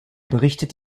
berichtet